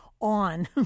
on